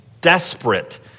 desperate